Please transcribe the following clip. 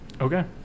Okay